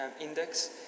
index